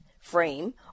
frame